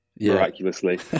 miraculously